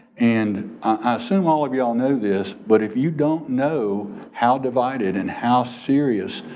and i assume all of y'all know this but if you don't know how divided and how serious,